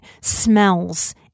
smells